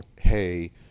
hey